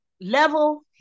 level